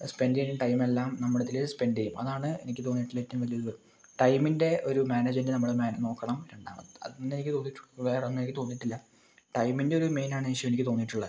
spend ചെയ്യണ്ട time എല്ലാം നമ്മൾ ഇതിൽ സ്പെൻഡ് ചെയ്യും അതാണ് എനിക്ക് തോന്നിയിട്ടുള്ള ഏറ്റവും വലിയ ഇത് ടൈമിൻ്റെ ഒരു മാനേജ്മെൻറ്റ് നമ്മൾ മാ നോക്കണം രണ്ടാമത് അത് ഒന്നേ എനിക്ക് തോന്നിയിട്ടുളളൂ വേറൊന്നും എനിക്ക് തോന്നിയിട്ടില്ല ടൈമിൻ്റെ ഒരു മെയിൻ ആണ് ഇഷ്യൂ എനിക്ക് തോന്നിയിട്ടുള്ളത്